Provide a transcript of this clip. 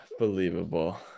Unbelievable